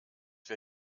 wir